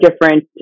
different